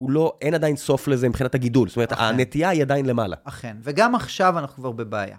אין עדיין סוף לזה מבחינת הגידול, זאת אומרת הנטייה היא עדיין למעלה. אכן, וגם עכשיו אנחנו כבר בבעיה.